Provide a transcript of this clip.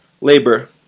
labor